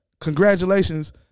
Congratulations